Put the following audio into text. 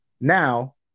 Now